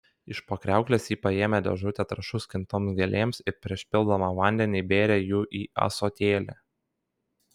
iš po kriauklės ji paėmė dėžutę trąšų skintoms gėlėms ir prieš pildama vandenį įbėrė jų į ąsotėlį